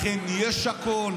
לכם יש הכול,